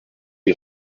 est